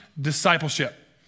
discipleship